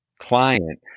client